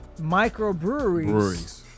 microbreweries